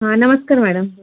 हा नमस्कार मैडम